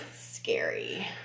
scary